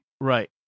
Right